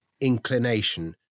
inclination